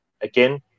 again